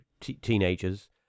teenagers